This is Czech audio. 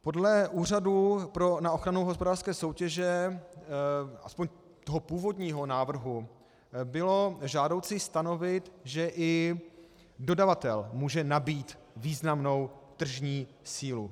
Podle Úřadu na ochranu hospodářské soutěže, aspoň toho původního návrhu, bylo žádoucí stanovit, že i dodavatel může nabýt významnou tržní sílu.